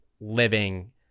living